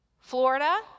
Florida